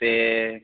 ते